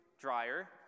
dryer